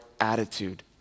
attitude